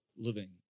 Living